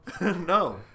no